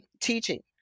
teaching